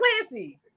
Clancy